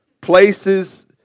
Places